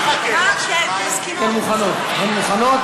הן מוכנות, אז אתה